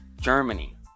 Germany